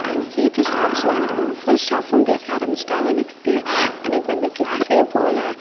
and each staffs வந்து ஒவ்வொரு ஸ்டாஃபும் பேச ஆரமித்துட்டாங்க நெக்ஸ்ட் அன்னிக்கி வந்து கிளாஸே போகல